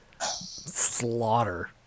slaughter